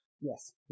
Yes